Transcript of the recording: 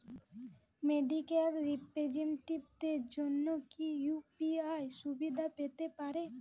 Medical রিপ্রেজন্টেটিভদের জন্য কি ইউ.পি.আই সুবিধা পেতে পারে?